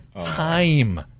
time